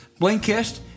Blinkist